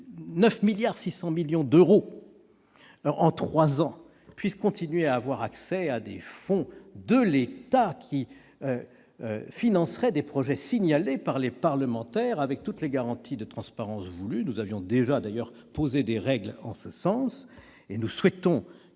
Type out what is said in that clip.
9,6 milliards d'euros de dotations en trois ans, puissent continuer à bénéficier de fonds de l'État pour financer des projets signalés par les parlementaires, avec toutes les garanties de transparence voulues. Nous avions d'ailleurs déjà posé des règles en ce sens. Nous souhaitons